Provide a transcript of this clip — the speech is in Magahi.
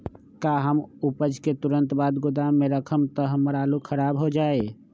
का हम उपज के तुरंत बाद गोदाम में रखम त हमार आलू खराब हो जाइ?